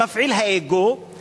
ההדרות והאפליות.